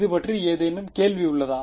இது பற்றி ஏதேனும் கேள்வி உள்ளதா